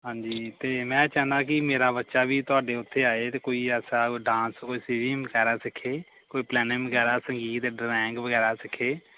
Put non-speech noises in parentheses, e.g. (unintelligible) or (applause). ਹਾਂਜੀ ਅਤੇ ਮੈਂ ਚਾਹੁੰਦਾ ਕਿ ਮੇਰਾ ਬੱਚਾ ਵੀ ਤੁਹਾਡੇ ਉੱਥੇ ਆਵੇ ਅਤੇ ਕੋਈ ਐਸਾ ਡਾਂਸ ਕੋਈ ਸਵਿਮਿੰਗ ਵਗੈਰਾ ਸਿੱਖੇ ਕੋਈ (unintelligible) ਵਗੈਰਾ ਸੰਗੀਤ ਡਰਾਇੰਗ ਵਗੈਰਾ ਸਿੱਖੇ